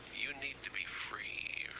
you need to be free,